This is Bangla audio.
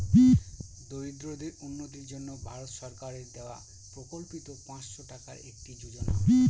দরিদ্রদের উন্নতির জন্য ভারত সরকারের দেওয়া প্রকল্পিত পাঁচশো টাকার একটি যোজনা